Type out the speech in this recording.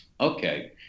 Okay